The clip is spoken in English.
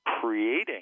creating